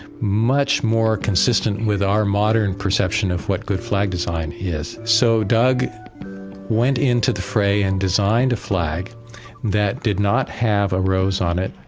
much more consistent with our modern perception of what good flag design is so doug went into the fray and designed a flag that did not have a rose on it,